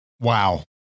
Wow